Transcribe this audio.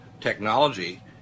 technology